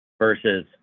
versus